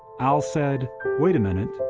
al said wait a minute.